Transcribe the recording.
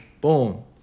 boom